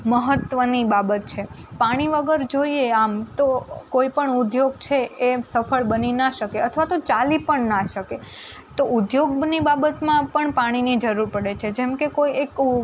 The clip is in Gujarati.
મહત્વની બાબત છે પાણી વગર જોઈએ આમ તો કોઈપણ ઉદ્યોગ છે એ સફળ બની ન શકે અથવા તો ચાલી પણ ના શકે તો ઉદ્યોગની બાબતમાં પણ પાણીની જરૂર પડે છે જેમકે કોઈએક